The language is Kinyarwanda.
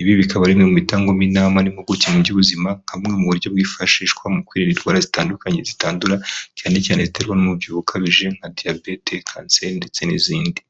Ibi bikaba bimwe mu bitangwamo inama n'impuguke mu by'ubuzima, kamwe mu buryo bwifashishwa mu kwirinda indwara zitandukanye zitandura cyane cyane ziterwa n'umubyibuho ukabije nka Diabete, kanseri ndetse n'izindi.